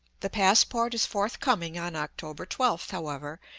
the passport is forthcoming on october twelfth, however,